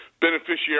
beneficiary